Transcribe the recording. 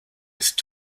ist